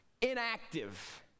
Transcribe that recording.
inactive